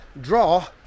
draw